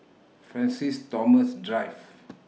Francis Thomas Drive